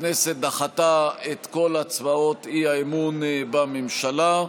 הכנסת דחתה את כל הצעות האי-אמון בממשלה.